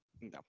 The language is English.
no